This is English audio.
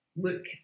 look